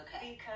Okay